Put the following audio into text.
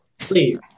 Please